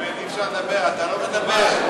באמת, אתה לא מדבר.